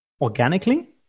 organically